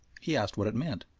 he asked what it meant,